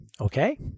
Okay